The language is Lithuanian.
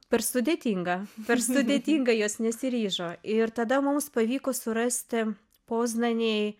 per sudėtinga per sudėtinga jos nesiryžo ir tada mums pavyko surasti poznanėj